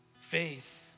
faith